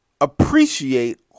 appreciate